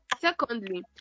secondly